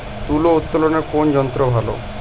তুলা উত্তোলনে কোন যন্ত্র ভালো?